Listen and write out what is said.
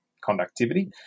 conductivity